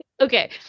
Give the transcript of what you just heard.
Okay